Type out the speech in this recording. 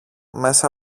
μέσα